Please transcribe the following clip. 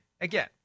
again